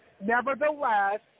Nevertheless